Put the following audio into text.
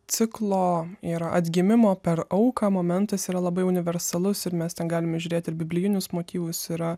ciklo ir atgimimo per auką momentas yra labai universalus ir mes ten galim įžiūrėti ir biblijinius motyvus yra